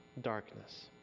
darkness